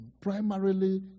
primarily